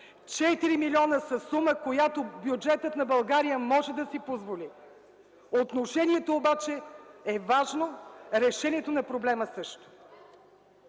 милиона са сума, която бюджетът на България може да си позволи, отношението обаче е важно, решението на проблема също.